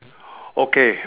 okay